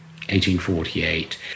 1848